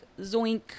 zoink